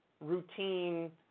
routine